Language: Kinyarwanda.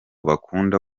bakunda